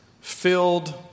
filled